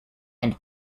and